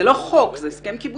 זה לא חוק, זה הסכם קיבוצי.